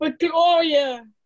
Victoria